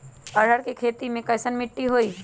अरहर के खेती मे कैसन मिट्टी होइ?